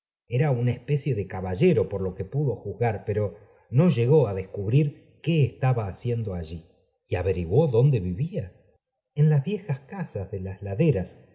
era una especie de caballero por lo que haciendo allí y averiguó dónde vivía en las viejas casas de las laderas